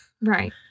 Right